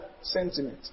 sentiment